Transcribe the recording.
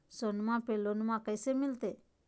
सोनमा पे लोनमा कैसे मिलते?